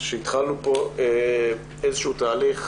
שהתחלנו פה איזשהו תהליך.